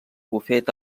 bufet